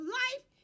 life